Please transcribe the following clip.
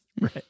right